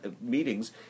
meetings